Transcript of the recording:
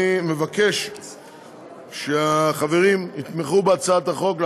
אני מבקש שהחברים יתמכו בהצעת החוק,